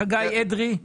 חגי אדרי.